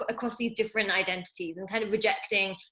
across these different identities, and kind of rejecting,